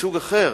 מסוג אחר.